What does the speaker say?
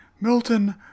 Milton